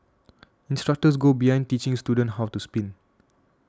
instructors go beyond teaching students how to spin